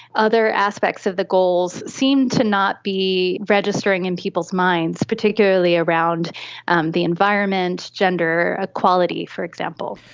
other aspects of the goals seem to not be registering in people's minds, particularly around um the environment, gender equality, for example.